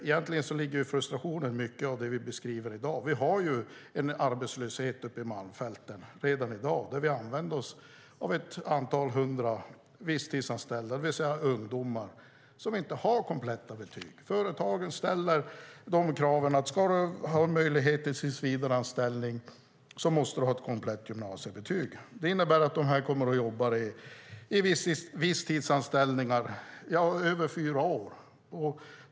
Egentligen ligger frustrationen i mycket av det vi beskriver i detta att vi redan i dag har en arbetslöshet uppe i Malmfälten. Vi använder oss av ett antal hundra visstidsanställda, det vill säga ungdomar som inte har kompletta betyg. Företagen ställer krav på komplett gymnasiebetyg om man ska ha möjlighet till tillsvidareanställning. Det innebär att dessa ungdomar kommer att jobba i visstidsanställningar i över fyra år.